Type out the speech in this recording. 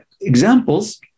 examples